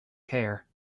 care